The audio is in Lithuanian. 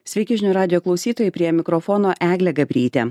sveiki žinių radijo klausytojai prie mikrofono eglė gabrytė